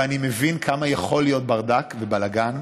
ואני מבין כמה יכול להיות ברדק ובלגן,